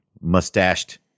mustached